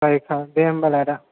जाहैखा दे होनबालाय आदा